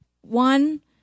one